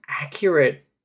accurate